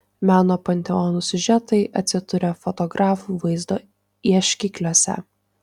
meno panteonų siužetai atsiduria fotografų vaizdo ieškikliuose